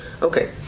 Okay